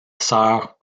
sœur